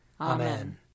Amen